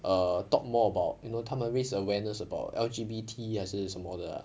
err talk more about you know 他们 raise awareness about L_G_B_T 还是什么的 ah